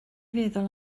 feddwl